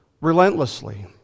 relentlessly